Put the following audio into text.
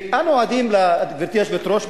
גברתי היושבת-ראש,